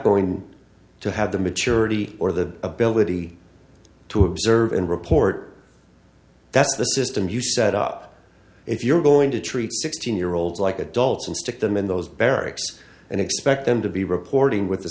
going to have the maturity or the ability to observe and report that's the system you set up if you're going to treat sixteen year olds like adults and stick them in those barracks and expect them to be reporting with the